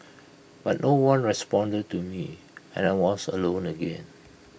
but no one responded to me and I was alone again